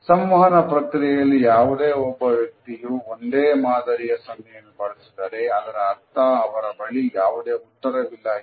ಸಂವಹನ ಪ್ರಕ್ರಿಯೆಯಲ್ಲಿ ಯಾವುದೇ ಒಬ್ಬ ವ್ಯಕ್ತಿಯು ಒಂದೇ ಮಾದರಿಯ ಸನ್ನೆಯನ್ನು ಬಳಸಿದರೆ ಅದರ ಅರ್ಥ ಅವರ ಬಳಿ ಯಾವುದೇ ಉತ್ತರವಿಲ್ಲ ಎಂದು